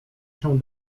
się